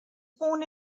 born